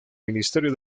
ministerio